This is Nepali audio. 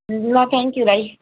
ल थ्याङ्कयु भाइ